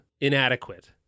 inadequate